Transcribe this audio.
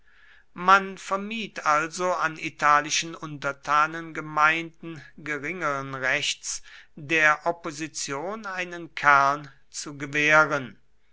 man vermied also an italischen untertanengemeinden geringeren rechts der opposition einen kern zu gewähren